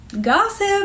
gossip